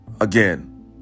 Again